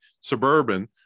Suburban